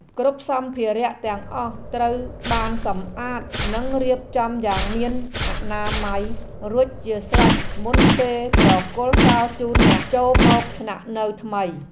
គ្រប់សម្ភារៈទាំងអស់ត្រូវបានសម្អាតនិងរៀបចំយ៉ាងមានអនាម័យរួចជាស្រេចមុនពេលប្រគល់សោជូនអ្នកចូលមកស្នាក់នៅថ្មី។